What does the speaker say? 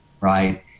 Right